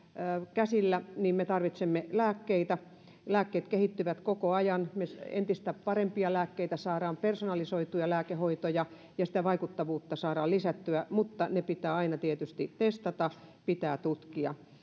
käsillä me tarvitsemme lääkkeitä lääkkeet kehittyvät koko ajan saadaan entistä parempia lääkkeitä personalisoituja lääkehoitoja ja sitä vaikuttavuutta saadaan lisättyä mutta ne pitää aina tietysti testata pitää tutkia